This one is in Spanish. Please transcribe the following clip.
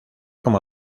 como